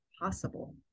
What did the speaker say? possible